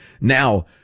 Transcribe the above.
Now